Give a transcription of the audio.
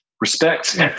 respect